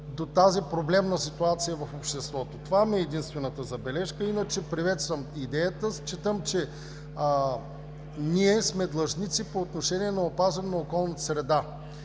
до проблемна ситуация в обществото. Това ми е единствената забележка. Приветствам идеята. Считам, че ние сме длъжници по отношение опазване на околната среда